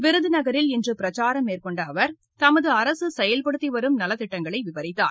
விருதுநகரில் இன்று பிரச்சாரம் மேற்கொண்ட அவர் தமது அரசு செயல்படுத்தி வரும் நலத்திட்டங்களை விவரித்தார்